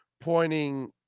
pointing